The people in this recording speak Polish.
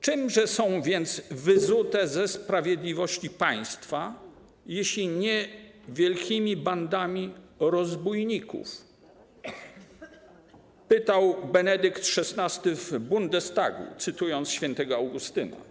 Czymże są więc wyzute ze sprawiedliwości państwa, jeśli nie wielkimi bandami rozbójników - pytał Benedykt XVI w Bundestagu, cytując św. Augustyna.